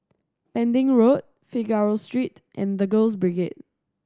Pending Road Figaro Street and The Girls Brigade